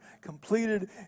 completed